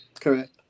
Correct